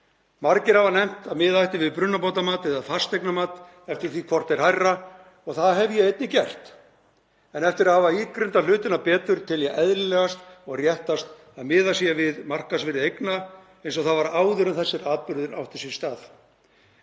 Margir hafa nefnt að miða ætti við brunabótamat eða fasteignamat eftir því hvort er hærra. Það hef ég einnig gert en eftir að hafa ígrundað hlutina betur tel ég eðlilegast og réttast að miðað sé við markaðsvirði eigna eins og það var áður en þessir atburðir áttu sér stað.